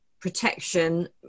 protection